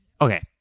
okay